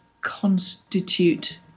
constitute